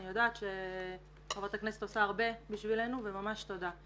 אני יודעת שחברת הכנסת עושה הרבה בשבילנו וממש תודה.